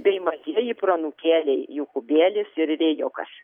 bei mažieji proanūkėliai jokūbėlis ir vėjukas